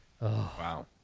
Wow